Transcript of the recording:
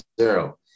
zero